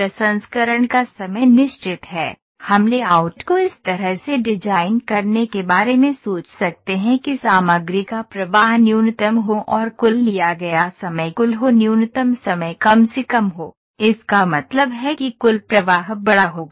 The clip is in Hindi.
प्रसंस्करण का समय निश्चित है हम लेआउट को इस तरह से डिजाइन करने के बारे में सोच सकते हैं कि सामग्री का प्रवाह न्यूनतम हो और कुल लिया गया समय कुल हो न्यूनतम समय कम से कम हो इसका मतलब है कि कुल प्रवाह बड़ा होगा